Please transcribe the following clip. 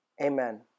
Amen